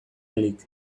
elik